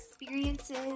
experiences